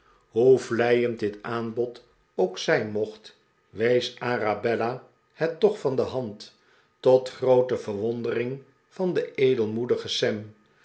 vleiend dit aanbod ook zijn mocht wees arabella het toch van de hand tot groote verwondering van den edelmoedigen sam